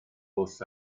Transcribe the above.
bws